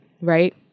right